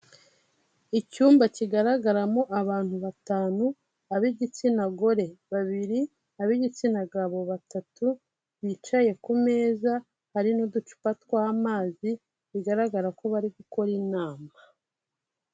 Icyumba kigaragaramo abantu batanu ab'igitsina gore babiri, ab'igitsina gabo batatu, bicaye ku meza hari n' uducupa tw'amazi, bigaragara ko bari gukora inama.